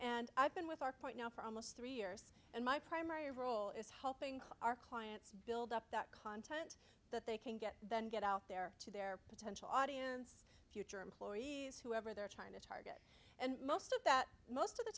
and i've been with our point now for almost three years and my primary role is helping our clients build up that content that they can get then get out there to their potential audience future employees whoever they're trying to target and most of that most of the